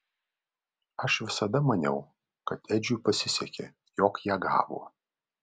aš visada maniau kad edžiui pasisekė jog ją gavo